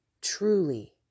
truly